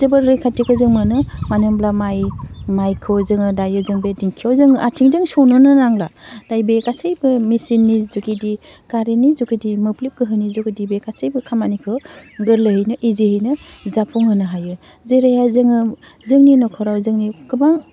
जोबोद रैखाथिखौ जों मोनो मानो होमब्ला माइ माइखौ जोङो दायो जों बे दिंखियाव जोङो आथिंजों सौनोनो नांला दायो बे गासैबो मेचिननि जुगेदि कारेन्टनि जुगेदि मोब्लिब गोहोनि जुगेदि बे गासैबो खामानिखौ गोरलैनो इजियैनो जाफुंहोनो हायो जेरैहाय जोङो जोंनि न'खराव जोंनि गोबां